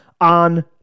on